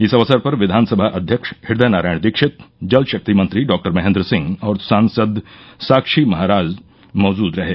इस अवसर पर विधानसभा अध्यक्ष हदय नारायण दीक्षित जलशक्ति मंत्री डॉक्टर महेन्द्र सिहं और सांसद साक्षी महाराज मौजूद रहें